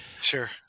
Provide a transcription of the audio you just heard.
Sure